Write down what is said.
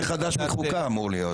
נושא חדש בחוקה אמור להיות.